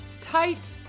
tight